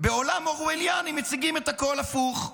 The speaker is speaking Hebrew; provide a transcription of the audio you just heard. בעולם אורווליאני מציגים את הכול הפוך: